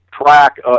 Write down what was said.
track